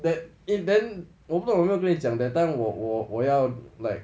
that eh then 我不懂有没有跟你讲 that time 我我我要 like